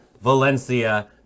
Valencia